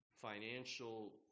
financial